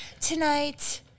Tonight